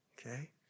okay